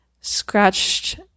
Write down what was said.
scratched